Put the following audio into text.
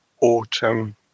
autumn